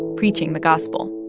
preaching the gospel.